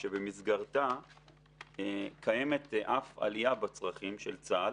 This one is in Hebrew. שבמסגרתה קיימת אף עלייה בצרכים של צה"ל